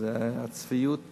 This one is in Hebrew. אז הצביעות חוגגת.